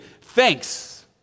thanks